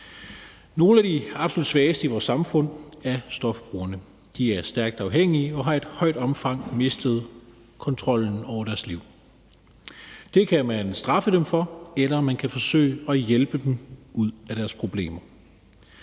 Nogle af de absolut svageste i vores samfund er stofbrugerne. De er stærkt afhængige og har i vidt omfang mistet kontrollen over deres liv. Det kan man straffe dem for, eller man kan forsøge at hjælpe dem ud af deres problemer.